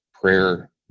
prayer